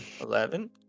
eleven